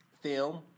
film